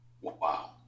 Wow